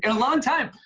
and long time.